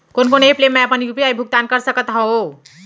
कोन कोन एप ले मैं यू.पी.आई भुगतान कर सकत हओं?